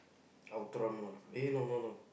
Outram lah eh no no no